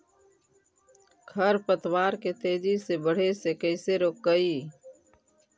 खर पतवार के तेजी से बढ़े से कैसे रोकिअइ?